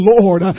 Lord